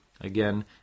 Again